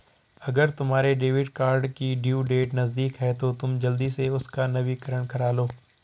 अगर तुम्हारे debit card की ड्यू डेट नज़दीक है तो तुम जल्दी से उसका नवीकरण करालो